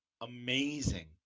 Amazing